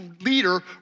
leader